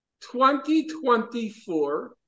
2024